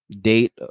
date